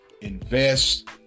invest